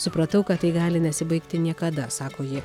supratau kad tai gali nesibaigti niekada sako ji